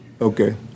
okay